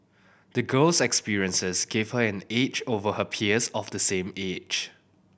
the girl's experiences gave her an edge over her peers of the same age